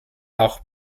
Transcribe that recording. auch